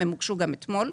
הם הוגשו גם אתמול.